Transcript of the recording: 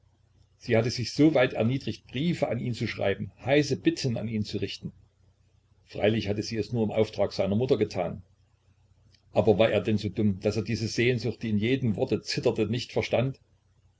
sie hatte sich so weit erniedrigt briefe an ihn zu schreiben heiße bitten an ihn zu richten freilich hatte sie es nur im auftrag seiner mutter getan aber war er denn so dumm daß er diese sehnsucht die in jedem worte zitterte nicht verstand